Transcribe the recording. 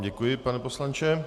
Děkuji vám, pane poslanče.